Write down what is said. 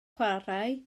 chwarae